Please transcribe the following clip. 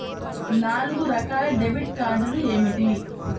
నాలుగు రకాల డెబిట్ కార్డులు ఏమిటి?